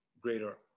Greater